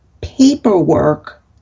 paperwork